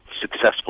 successful